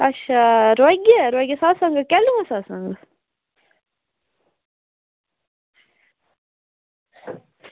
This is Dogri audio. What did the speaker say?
अच्छा सत्संग कैलूं ऐ सत्संग